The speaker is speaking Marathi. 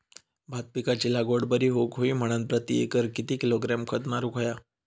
भात पिकाची लागवड बरी होऊक होई म्हणान प्रति एकर किती किलोग्रॅम खत मारुक होया?